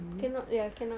cannot ya cannot